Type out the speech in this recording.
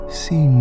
see